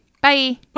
Bye